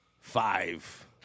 five